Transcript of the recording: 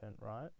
right